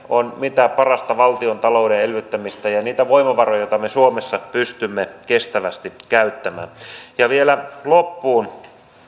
on mitä parasta valtiontalouden elvyttämistä ja niitä voimavaroja joita me suomessa pystymme kestävästi käyttämään ja vielä loppuun